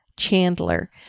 Chandler